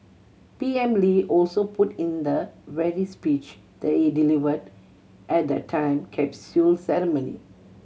P M Lee also put in the very speech he delivered at the time capsule ceremony